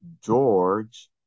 George